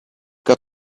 got